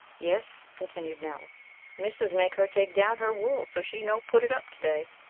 yes, continued nell missus make her take down her wool so she no put it up to-day.